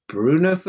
Bruno